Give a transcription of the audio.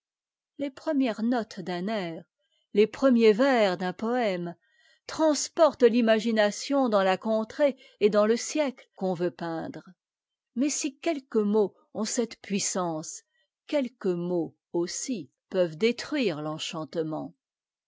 les premières notes d'un air les premiers vers d'un poëme transportent l'imagination dans la contrée et dans ie siècte qu'on veut peindre mais si quelques mots ont cette puissance quelques mots aussi peuvent détruire l'enchantement